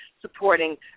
supporting